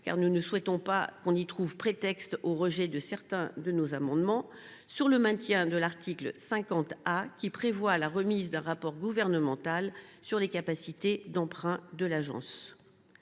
car nous ne souhaitons pas qu’on y trouve prétexte au rejet de certains de nos amendements, s’agissant du maintien de l’article 50 A, qui prévoit la remise d’un rapport gouvernemental sur les capacités d’emprunt de l’Agence.